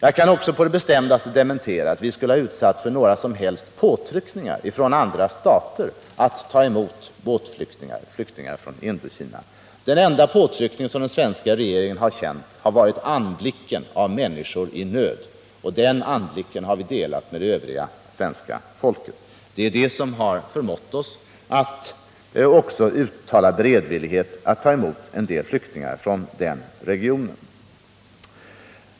Jag kan också på det bestämdaste dementera att vi skulle ha utsatts för påtryckningar från andra stater att ta emot flyktingar från Indokina. Den enda påtryckning som den svenska regeringen har känt har varit anblicken av människor i nöd. Den anblicken har vi delat med det övriga svenska folket. Det är den som har förmått oss att uttala beredvillighet att också ta emot en del flyktingar från den regionen.